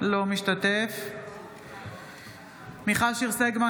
אינו משתתף בהצבעה מיכל שיר סגמן,